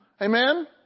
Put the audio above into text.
Amen